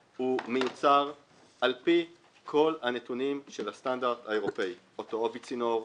מיוצר כבר על פי התקן האירופי אותו עובי צינור,